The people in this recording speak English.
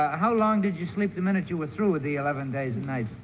ah how long did you sleep the minute you were through with the eleven days and nights?